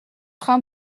train